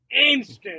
Instant